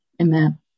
Amen